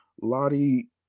Lottie